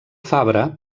fabra